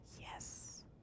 yes